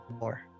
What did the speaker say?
more